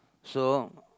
so